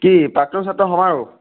কি প্ৰাক্তন ছাত্ৰ সমাৰোহ